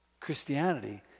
Christianity